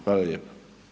Hvala lijepo.